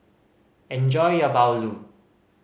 enjoy your bahulu